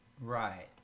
Right